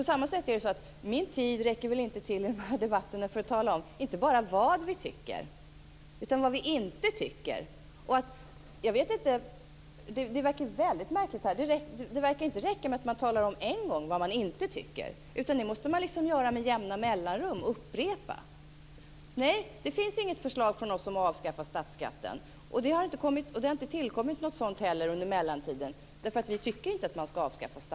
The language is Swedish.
På samma sätt är det så att min tid i de här debatterna väl inte räcker till att tala om inte bara vad vi tycker utan också vad vi inte tycker. Här verkar det vara väldigt märkligt. Det verkar ju inte räcka med att man en gång talar om vad man inte tycker, utan det måste man upprepa med jämna mellanrum. Nej, det finns inget förslag från oss om att avskaffa statsskatten. Något sådant har heller inte tillkommit under mellantiden. Vi tycker nämligen inte att statsskatten ska avskaffas.